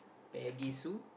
Peggy Sue